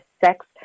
sex